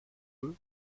eux